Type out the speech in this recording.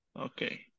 Okay